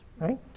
right